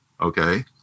okay